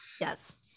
Yes